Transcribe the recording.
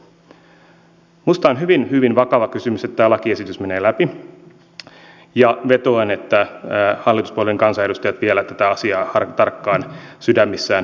minusta on hyvin hyvin vakava kysymys että tämä lakiesitys menee läpi ja vetoan että hallituspuolueiden kansanedustajat vielä tätä asiaa tarkkaan sydämissään punnitsevat